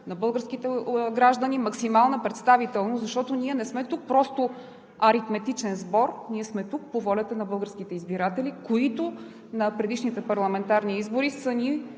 на българските граждани максимална представителност, защото ние не сме просто аритметичен сбор – ние сме тук по волята на българските избиратели, които на предишните парламентарни избори са ни